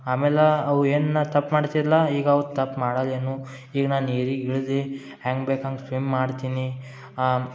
ಆಮೇಲೆ ಅವ ಏನು ನ ತಪ್ಪು ಮಾಡ್ತಿದ್ಲಾ ಈಗ ಅವ ತಪ್ಪು ಮಾಡಲಿನೂ ಈಗ ನಾ ನೀರಿಗೆ ಇಳ್ದು ಹ್ಯಾಂಗೆ ಬೇಕು ಹಂಗೆ ಸ್ವಿಮ್ ಮಾಡ್ತೀನಿ